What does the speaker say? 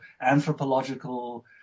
anthropological